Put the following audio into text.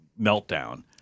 meltdown